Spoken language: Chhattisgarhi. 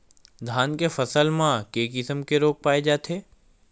धान के फसल म के किसम के रोग पाय जाथे?